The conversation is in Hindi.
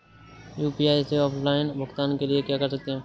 यू.पी.आई से ऑफलाइन भुगतान के लिए क्या कर सकते हैं?